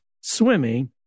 swimming